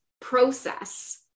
process